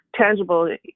tangible